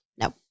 No